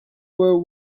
were